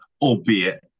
albeit